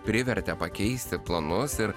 privertė pakeisti planus ir